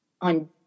on